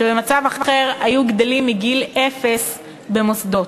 שבמצב אחר היו גדלים מגיל אפס במוסדות.